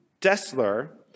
Dessler